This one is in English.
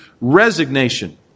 resignation